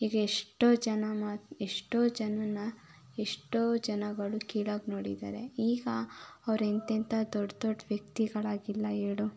ಈಗ ಎಷ್ಟೋ ಜನ ಮಾತು ಎಷ್ಟೋ ಜನನ ಎಷ್ಟೋ ಜನಗಳು ಕೀಳಾಗಿ ನೋಡಿದ್ದಾರೆ ಈಗ ಅವರೆಂಥೆಂಥ ದೊಡ್ಡ ದೊಡ್ಡ ವ್ಯಕ್ತಿಗಳಾಗಿಲ್ಲ ಹೇಳು